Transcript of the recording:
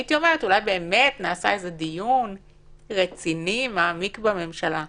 הייתי אומרת שאולי באמת נעשה איזה דיון רציני ומעמיק בממשלה.